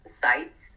sites